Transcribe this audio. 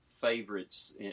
favorites